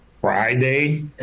Friday